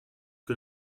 que